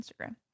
Instagram